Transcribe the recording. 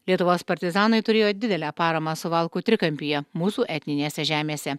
lietuvos partizanai turėjo didelę paramą suvalkų trikampyje mūsų etninėse žemėse